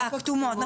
רק בכתומות.